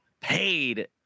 paid